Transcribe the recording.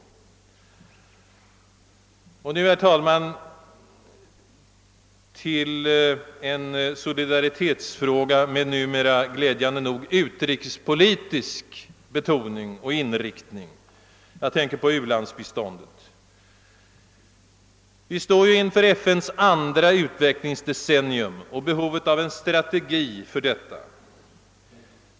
Och nu, herr talman, till en solidaritetsfråga med numera, glädjande nog, utrikespolitisk betoning och inriktning — jag tänker på u-landsbiståndet. Vi står inför FN:s andra utvecklingsdecennium och behovet av en strategi för detta.